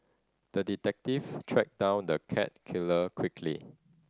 the detective tracked down the cat killer quickly